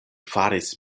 faris